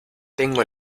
tengo